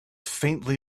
faintly